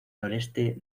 noreste